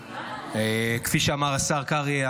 כפי שאמר השר קרעי,